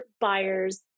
buyers